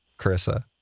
Carissa